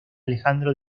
alejandro